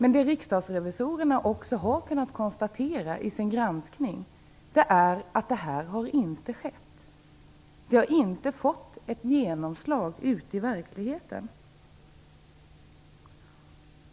Vad riksdagsrevisorerna också har kunnat konstatera vid sin granskning är att det som jag här nämnt inte har skett. Det har inte fått genomslag ute i verkligheten.